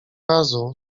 razu